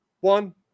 one